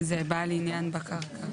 זה בעל עניין בקרקע.